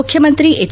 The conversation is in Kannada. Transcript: ಮುಖ್ಯಮಂತ್ರಿ ಎಚ್